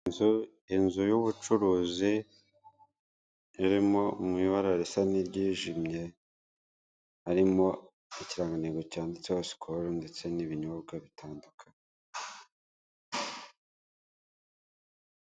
Inzu y'ubucuruzi, irimo mu ibara risa n'iryijimye, harimo ikirangantego cyanditseho sikoro ndetse n'ibinyobwa bitandukanye.